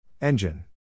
Engine